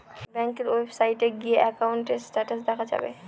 ব্যাঙ্কের ওয়েবসাইটে গিয়ে একাউন্টের স্টেটাস দেখা যাবে